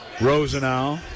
Rosenau